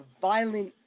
violent